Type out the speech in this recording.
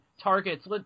targets